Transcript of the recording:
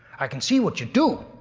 i can see what you do,